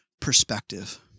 perspective